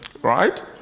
right